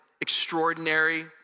extraordinary